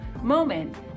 moment